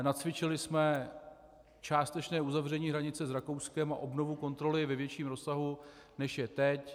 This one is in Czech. Nacvičili jsme částečné uzavření hranice s Rakouskem a obnovu kontroly ve větším rozsahu, než je teď.